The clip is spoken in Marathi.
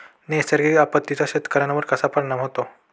नैसर्गिक आपत्तींचा शेतकऱ्यांवर कसा परिणाम होतो?